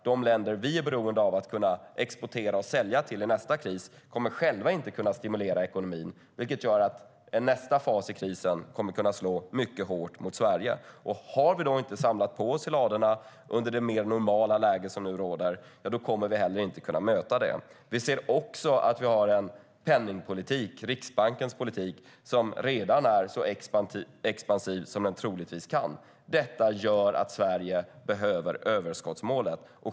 De länder vi är beroende av att kunna exportera och sälja till i nästa kris kommer själva inte att kunna stimulera ekonomin. Det gör att nästa fas i krisen kommer att kunna slå mycket hårt mot Sverige. Har vi då inte samlat på oss i ladorna under det mer normala läge som nu råder kommer vi heller inte att kunna möta det. Vi ser också att vi har en penningpolitik, Riksbankens politik, som redan är så expansiv som den troligtvis kan vara. Detta gör att Sverige behöver överskottsmålet.